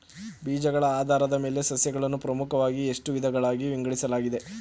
ಬೀಜಗಳ ಆಧಾರದ ಮೇಲೆ ಸಸ್ಯಗಳನ್ನು ಪ್ರಮುಖವಾಗಿ ಎಷ್ಟು ವಿಧಗಳಾಗಿ ವಿಂಗಡಿಸಲಾಗಿದೆ?